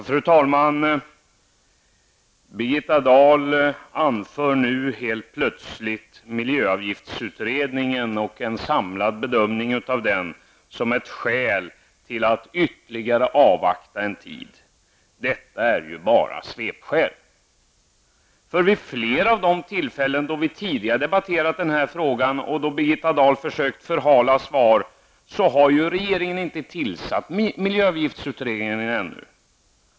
Fru talman! Birgitta Dahl anför helt plötsligt miljöavgiftsutredningen och en samlad bedömning av denna som ett skäl till att ytterligare avvakta en tid. Men detta är bara svepskäl. Vid flera tillfällen då vi har debatterat frågan har Birgitta Dahl förhalat svaren. Regeringen har ju ännu inte tillsatt miljöavgiftsutredningen.